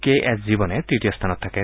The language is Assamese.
কে এছ জীৱনে তৃতীয় স্থানত থাকে